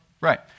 Right